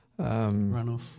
Runoff